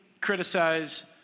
criticize